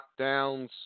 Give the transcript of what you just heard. lockdowns